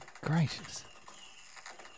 gracious